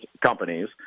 companies